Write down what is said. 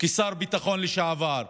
כשר הביטחון לשעבר,